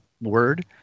Word